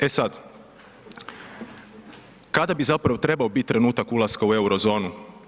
E sad, kada bi zapravo trebao biti trenutak ulaska u euro zonu?